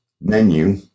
menu